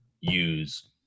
use